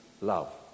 love